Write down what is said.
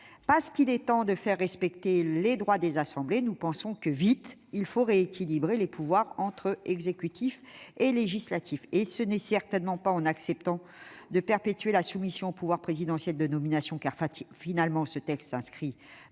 parce qu'il est temps de faire respecter les droits des assemblées, nous pensons qu'il faut vite rééquilibrer les pouvoirs entre exécutif et législatif. Or ce n'est certainement pas en acceptant de perpétuer la soumission au pouvoir présidentiel de nomination, cadre dans lequel ce texte s'inscrit,